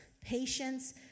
patience